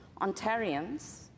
Ontarians